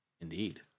Indeed